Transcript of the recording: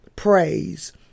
Praise